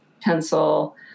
pencil